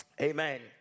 Amen